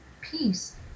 peace